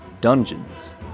Dungeons &